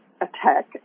attack